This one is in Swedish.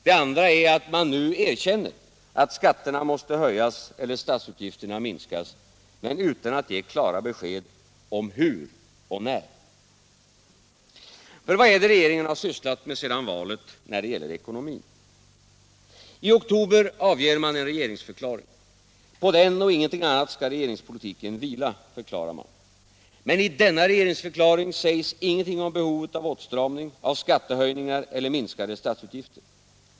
Det andra är att man nu erkänner att skatterna måste höjas eller statsutgifterna minskas men utan att ge klara besked om hur och när. Vad är det regeringen har sysslat med sedan valet när det gäller ekonomin? I oktober avger man en regeringsförklaring. På den och ingenting annat skall regeringspolitiken vila, förklarar man. Men i denna regeringsförklaring sägs ingenting om behovet av åtstramning, av skattehöjningar eller minskade statsutgifter.